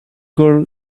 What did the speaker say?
girl